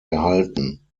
erhalten